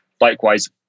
Likewise